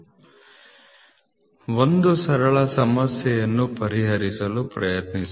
1 ಸರಳ ಸಮಸ್ಯೆಯನ್ನು ಪರಿಹರಿಸಲು ಪ್ರಯತ್ನಿಸೋಣ